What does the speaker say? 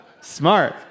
Smart